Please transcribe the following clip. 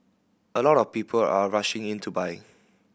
a lot of people are rushing in to buy